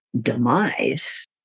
demise